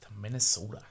Minnesota